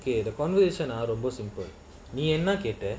okay the conversation out of most simple nian marketer